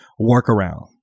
workaround